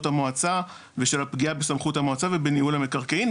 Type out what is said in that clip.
המועצה ושל הפגיעה בסמכות המועצה ובניהול המקרקעין.